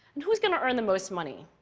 and who's going to earn the most money?